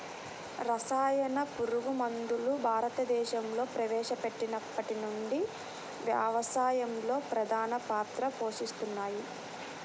రసాయన పురుగుమందులు భారతదేశంలో ప్రవేశపెట్టినప్పటి నుండి వ్యవసాయంలో ప్రధాన పాత్ర పోషిస్తున్నాయి